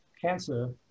cancer